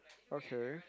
okay